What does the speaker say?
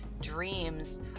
dreams